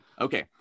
Okay